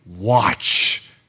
watch